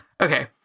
Okay